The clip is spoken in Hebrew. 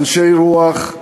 אנשי רוח,